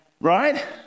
right